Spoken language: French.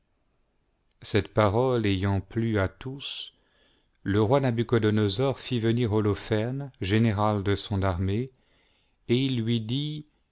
cette parole ayant plu à tous le roi nabucliodonosor fit venir holoferne général de son armée et il lui dit